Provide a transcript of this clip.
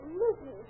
listen